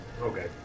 Okay